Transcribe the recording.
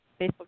Facebook